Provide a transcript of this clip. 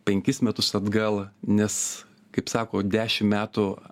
penkis metus atgal nes kaip sako dešim metų